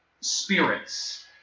spirits